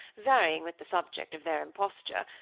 varying with the subject of their imposture,